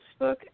Facebook